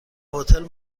هتل